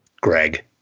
Greg